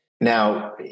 Now